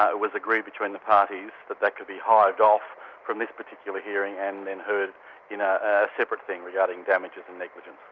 ah was agreed between the parties that that could be hived off from this particular hearing and then heard in a ah separate thing regarding damages and negligence.